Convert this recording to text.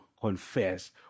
confess